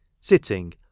sitting